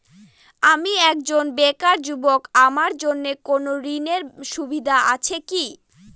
আমি একজন বেকার যুবক আমার জন্য কোন ঋণের সুবিধা আছে কি?